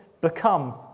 become